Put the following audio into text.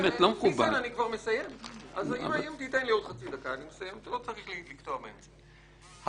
כאילו בחוץ אין מקצוענים,